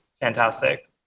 fantastic